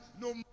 no